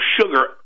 sugar